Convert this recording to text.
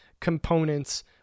components